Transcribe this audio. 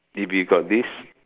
if you got this